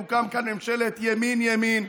תוקם כאן ממשלת ימין ימין,